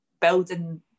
building